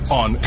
on